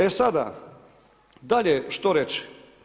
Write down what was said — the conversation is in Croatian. E sada dalje što reći?